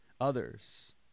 others